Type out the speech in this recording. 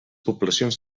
poblacions